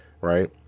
right